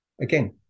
Again